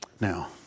Now